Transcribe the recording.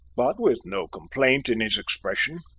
but with no complaint in his expression.